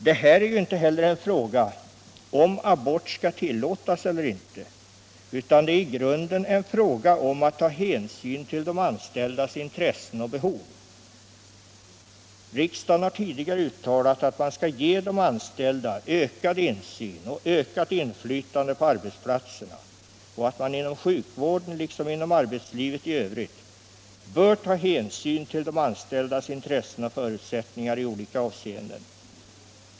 Det här är inte en fråga om aborter skall tillåtas eller inte, utan det är i grunden en fråga om att ta hänsyn till de anställdas intressen och behov. Riksdagen har tidigare uttalat att man skall ge de anställda ökad insyn och ökat inflytande på arbetsplatserna och att man inom sjukvården liksom inom arbetslivet i övrigt bör ta hänsyn till de anställdas intressen och förutsättningar i olika avseenden.